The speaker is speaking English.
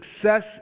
Success